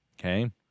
Okay